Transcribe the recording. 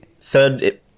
third